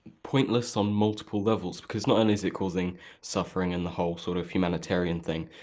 pointless on multiple levels, because not only is it causing suffering and the whole sort of humanitarian thing,